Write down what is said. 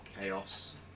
chaos